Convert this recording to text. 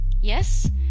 yes